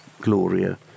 Gloria